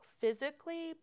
physically